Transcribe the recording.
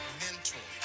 mentor